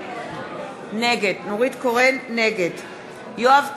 נגד יואב קיש,